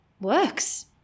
works